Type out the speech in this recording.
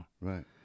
right